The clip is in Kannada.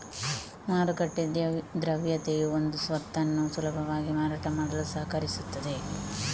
ಮಾರುಕಟ್ಟೆ ದ್ರವ್ಯತೆಯು ಒಂದು ಸ್ವತ್ತನ್ನು ಸುಲಭವಾಗಿ ಮಾರಾಟ ಮಾಡಲು ಸಹಕರಿಸುತ್ತದೆ